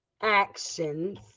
actions